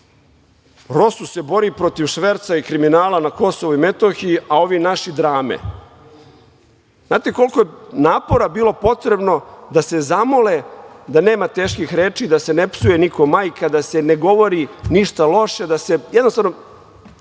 ROSU se bori protiv šverca i kriminala na Kosovu i Metohiji, a ovi naši drame. Znate li koliko je napora bilo potrebno da se zamole da nema teških reči, da se ne psuje nikom majka, da se ne govori ništa loše, jednostavno,